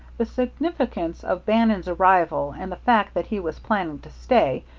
the significance of bannon's arrival, and the fact that he was planning to stay,